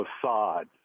facade